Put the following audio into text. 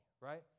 right